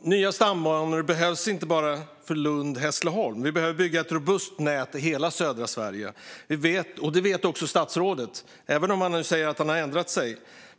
Nya stambanor behövs inte bara för Lund-Hässleholm, utan vi behöver bygga ett robust nät i hela södra Sverige. Detta vet också statsrådet, även om han nu säger att han har ändrat sig.